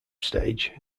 stage